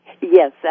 Yes